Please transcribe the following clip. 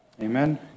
Amen